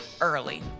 early